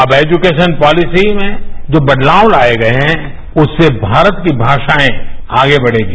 अब education policy में जो बदलावलाए गए हैं उससे भारत की भाषाएं आगे बढ़ेंगी